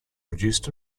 produced